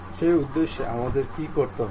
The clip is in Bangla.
সেই উদ্দেশ্যে আমাদের কী করতে হবে